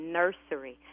nursery